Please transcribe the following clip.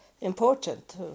important